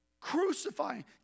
crucifying